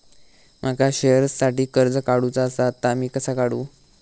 माका शेअरसाठी कर्ज काढूचा असा ता मी कसा काढू?